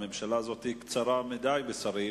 הממשלה הזאת קצרה מדי בשרים.